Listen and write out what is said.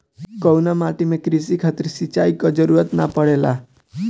कउना माटी में क़ृषि खातिर सिंचाई क जरूरत ना पड़ेला?